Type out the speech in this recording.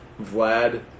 Vlad